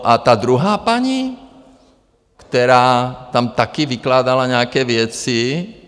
A ta druhá paní, která tam také vykládala nějaké věci.